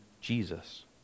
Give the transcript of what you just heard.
Jesus